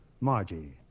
Margie